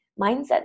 mindset